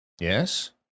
yes